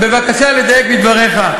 אז בבקשה לדייק בדבריך.